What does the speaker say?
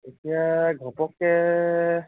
এতিয়া ঘপককৈ